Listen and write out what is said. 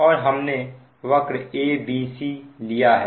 और हमने वक्र ABC लिया है